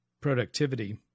productivity